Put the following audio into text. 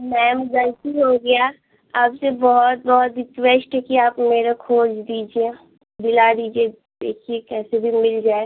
ma'am ग़लती हो गया आपसे बहुत बहुत रिक्वेश्ट है कि आप मेरा खोज दीजिए दिला दीजिए देखिए कैसे भी मिल जाए